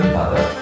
mother